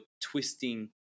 twisting